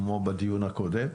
כמו שעשיתי בדיון הקודם.